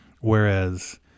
Whereas